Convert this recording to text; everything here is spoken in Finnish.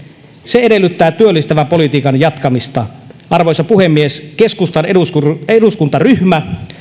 se edellyttää työllistävän politiikan jatkamista arvoisa puhemies keskustan eduskuntaryhmä eduskuntaryhmä